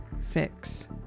fix